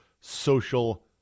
social